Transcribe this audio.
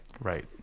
Right